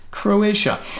Croatia